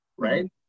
Right